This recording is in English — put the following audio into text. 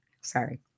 Sorry